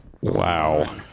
Wow